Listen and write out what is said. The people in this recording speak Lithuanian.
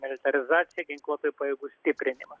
militarizaciją ginkluotųjų pajėgų stiprinimą